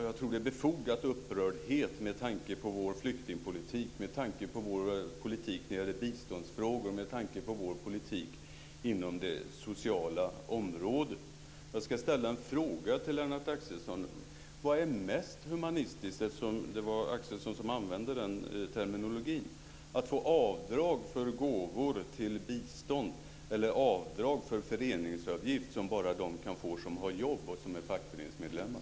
Det är en befogad upprördhet med tanke på vår flyktingpolitik, vår politik när det gäller biståndsfrågor och vår politik inom det sociala området. Jag ska ställa en fråga till Lennart Axelsson: Vad är mest humanistiskt, att få avdrag för gåvor till bistånd eller att få avdrag för föreningsavgifter som bara de kan få som har jobb och är fackföreningsmedlemmar?